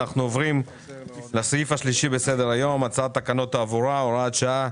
אנחנו עוברים לסעיף השלישי בסדר היום הצעת תקנות התעבורה (הוראת שעה),